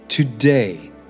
Today